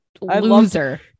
loser